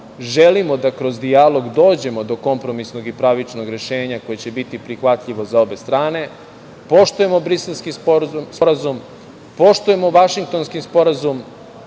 želimo da kroz dijalog dođemo do kompromisnog i pravičnog rešenja koje će biti prihvatljivo za obe strane, poštujemo Briselski sporazum, poštujemo Vašingtonski sporazum,